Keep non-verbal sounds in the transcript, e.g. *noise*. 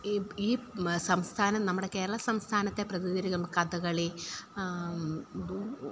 ഈ ഈ സംസഥാനം നമ്മുടെ കേരള സംസ്ഥാനത്തെ പ്രതിനിധി *unintelligible* കഥകളി